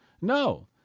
No